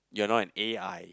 you're not an A_I